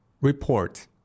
Report